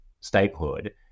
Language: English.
statehood